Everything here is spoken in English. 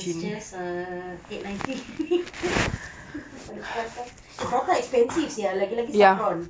it's just a eight ninety meal but the prata the prata expensive sia lagi-lagi saffron